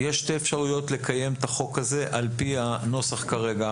יש שתי אפשרויות לקיים את החוק הזה על פי הנוסח כרגע.